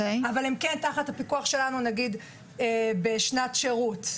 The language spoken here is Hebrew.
אבל הם כן תחת הפיקוח שלנו בשנת שירות.